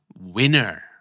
winner